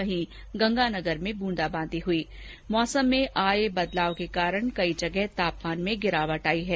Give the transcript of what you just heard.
वहीं गंगानगर में ब्रंदाबॉदी हुई मौसम में आये बदलाव के कारण कई जगहों पर तापमान में गिरावट भी आई है